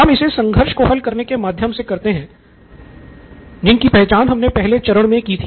हम इसे संघर्ष को हल करने के माध्यम से करते हैं जिनकी पहचान हमने पहले चरण मे की थी